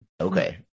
Okay